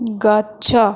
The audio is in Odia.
ଗଛ